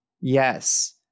Yes